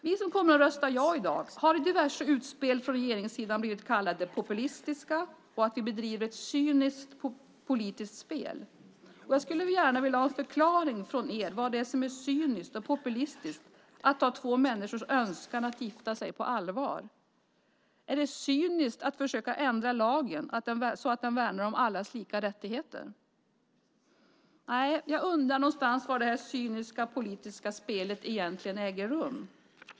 Vi som i dag kommer att rösta ja har i diverse utspel från regeringssidan blivit kallade populister. Det har sagts att vi bedriver ett cyniskt politiskt spel. Jag skulle gärna vilja ha en förklaring från er om vad som är cyniskt och populistiskt i att ta två människors önskan om att gifta sig på allvar. Är det cyniskt att försöka ändra lagen så att den värnar om allas lika rättigheter? Nej, jag undrar var det cyniska politiska spelet egentligen äger rum.